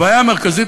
הבעיה המרכזית,